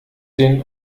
den